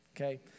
okay